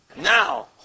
Now